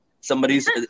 Somebody's